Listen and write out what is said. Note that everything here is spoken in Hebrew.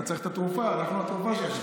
אתה צריך את התרופה, אנחנו התרופה שלך.